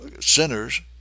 sinners